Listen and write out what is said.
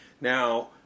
Now